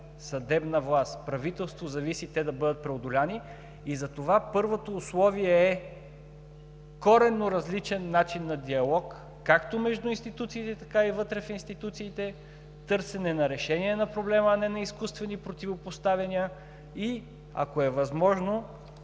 съдебна власт, правителство, зависи те да бъдат преодолени. За това първото условие е коренно различен начин на диалог както между институциите, така и вътре в институциите в търсене на решение на проблема, а не на изкуствени противопоставяния. И ако е възможно,